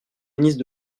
ministre